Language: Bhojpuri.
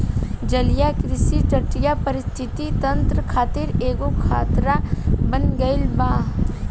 जलीय कृषि तटीय परिस्थितिक तंत्र खातिर एगो खतरा बन गईल बा